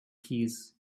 keys